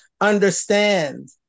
understand